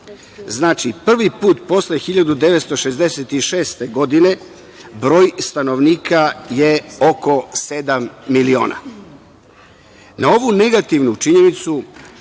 Znači, prvi put posle 1966. godine, broj stanovnika je oko sedam miliona. Na ovu negativnu činjenicu